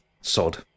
Sod